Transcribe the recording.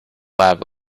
lab